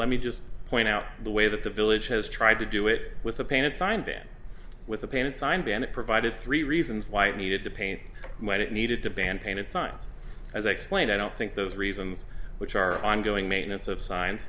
let me just point out the way that the village has tried to do it with a painted sign then with a painted sign ban it provided three reasons why it needed to paint what it needed to ban painted signs as i explained i don't think those reasons which are ongoing maintenance of signs